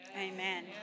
Amen